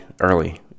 early